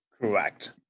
Correct